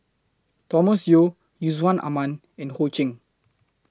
Thomas Yeo Yusman Aman and Ho Ching